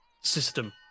system